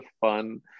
fun